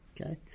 Okay